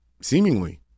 Seemingly